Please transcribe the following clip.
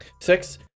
Six